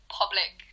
public